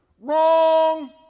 Wrong